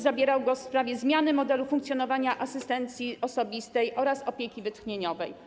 Zabierał pan głos w sprawie zmiany modelu funkcjonowania asystencji osobistej oraz opieki wytchnieniowej.